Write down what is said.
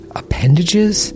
appendages